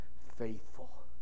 faithful